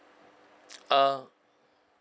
uh